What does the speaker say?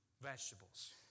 vegetables